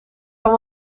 kan